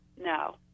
No